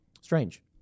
Strange